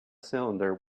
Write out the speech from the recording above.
cylinder